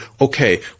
okay